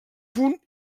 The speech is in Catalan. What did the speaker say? punt